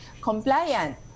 compliant